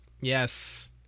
yes